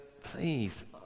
please